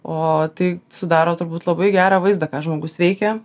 o tai sudaro turbūt labai gerą vaizdą ką žmogus veikia